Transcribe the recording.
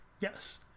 Yes